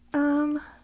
um,